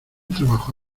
trabajo